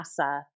NASA